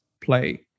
play